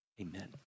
Amen